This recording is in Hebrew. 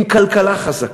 עם כלכלה חזקה.